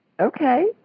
Okay